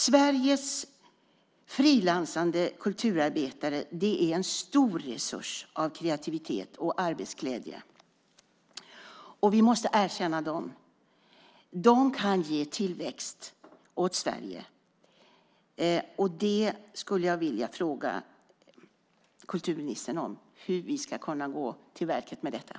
Sveriges frilansande kulturarbetare är en stor resurs av kreativitet och arbetsglädje, och vi måste erkänna dem. De kan ge tillväxt åt Sverige. Hur ska vi gå till verket med detta, kulturministern?